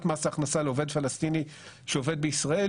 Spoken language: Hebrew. מס הכנסה לעובד פלסטיני שעובד בישראל,